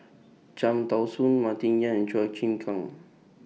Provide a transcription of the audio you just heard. Cham Tao Soon Martin Yan Chua Chim Kang